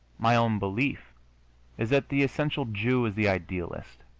my own belief is that the essential jew is the idealist